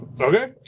Okay